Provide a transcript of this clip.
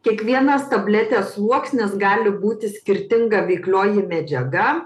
kiekvienas tabletės sluoksnis gali būti skirtinga veiklioji medžiaga